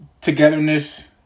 togetherness